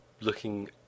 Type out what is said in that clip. looking